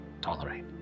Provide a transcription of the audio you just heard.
tolerate